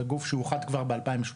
זה גוף שאוחד כבר ב-2018.